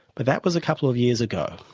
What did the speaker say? but that was a couple of years ago,